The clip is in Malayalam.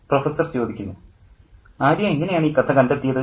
പ്രൊഫസ്സർ ആര്യ എങ്ങനെയാണ് ഈ കഥ കണ്ടെത്തിയത്